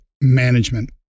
management